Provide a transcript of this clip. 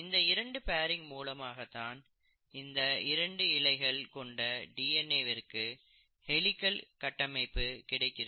இந்த இரண்டு பேரிங் மூலமாகத்தான் இந்த இரண்டு இலைகள் கொண்ட டிஎன்ஏ விற்கு ஹெலிக்கள் கட்டமைப்பு கிடைக்கிறது